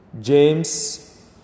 James